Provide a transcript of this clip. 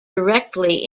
directly